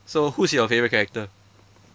so who's your favourite character